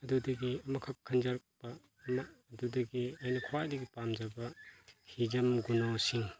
ꯑꯗꯨꯗꯒꯤ ꯑꯃ ꯈꯛ ꯈꯟꯖꯔꯛꯄ ꯑꯃ ꯑꯗꯨꯗꯒꯤ ꯑꯩꯅ ꯈ꯭ꯋꯥꯏꯗꯒꯤ ꯄꯥꯝꯖꯕ ꯍꯤꯖꯝ ꯒꯨꯅꯣ ꯁꯤꯡ